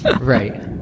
Right